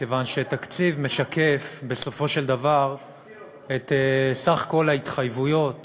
מכיוון שתקציב משקף בסופו של דבר את סך כל ההתחייבויות